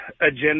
agenda